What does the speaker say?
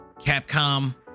capcom